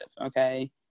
okay